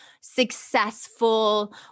successful